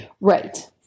Right